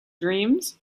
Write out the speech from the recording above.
dreams